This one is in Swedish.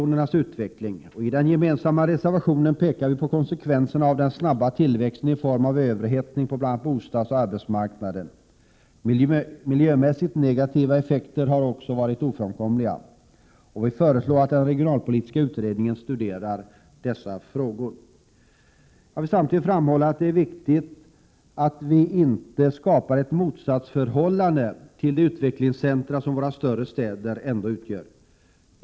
1987/88:127 en gemensam borgerlig reservation pekar vi reservanter på konsekvenserna av den snabba tillväxten. Jag tänker då på överhettningen på bl.a. bostadsoch arbetsmarknaden. Miljömässigt negativa effekter har varit ofrånkomliga. Vi föreslår därför att den regionalpolitiska utredningen studerar dessa frågor. Jag vill samtidigt framhålla att det är viktigt att vi inte skapar ett motsatsförhållande när det gäller de utvecklingscentra som våra större städer ändå utgör.